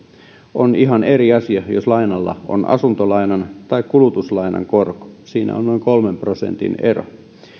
on ihan eri asia jos lainalla on asuntolainan tai kulutuslainan korko siinä on noin kolmen prosentin ero